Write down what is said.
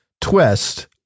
twist